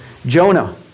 Jonah